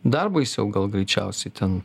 dar baisiau gal greičiausiai ten